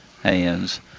hands